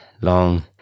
long